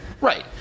Right